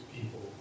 people